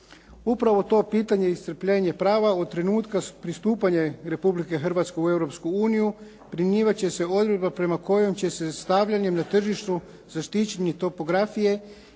Upravo to pitanje iscrpljenje prava od trenutka pristupanja Republike Hrvatske u Europsku uniju primjenjivat će se odredba prema kojoj će se stavljanjem na tržište zaštićene topografije